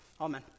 Amen